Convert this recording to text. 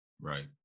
Right